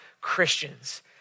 Christians